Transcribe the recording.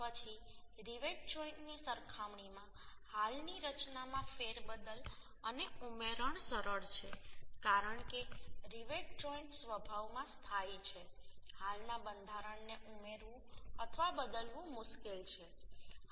પછી રિવેટ જોઈન્ટની સરખામણીમાં હાલની રચનામાં ફેરબદલ અને ઉમેરણ સરળ છે કારણ કે રિવેટ જોઈન્ટ સ્વભાવમાં સ્થાયી છે હાલના બંધારણને ઉમેરવું અથવા બદલવું મુશ્કેલ છે